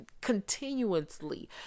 continuously